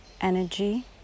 energy